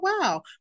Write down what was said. wow